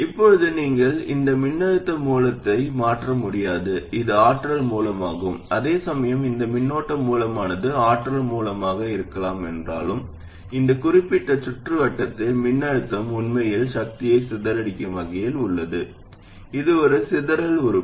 இப்போது நீங்கள் இந்த மின்னழுத்த மூலத்தை மாற்ற முடியாது இது ஆற்றல் மூலமாகும் அதேசமயம் இந்த மின்னோட்ட மூலமானது ஆற்றல் மூலமாக இருக்கலாம் என்றாலும் இந்த குறிப்பிட்ட சுற்றுவட்டத்தில் மின்னழுத்தம் உண்மையில் சக்தியை சிதறடிக்கும் வகையில் உள்ளது இது ஒரு சிதறல் உறுப்பு